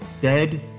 dead